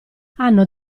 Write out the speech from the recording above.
hanno